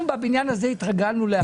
אנחנו בבניין הזה התרגלנו להכול.